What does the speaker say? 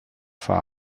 speyer